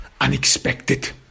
unexpected